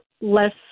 less